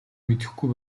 мэдэхгүй